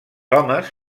homes